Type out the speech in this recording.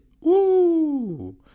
Woo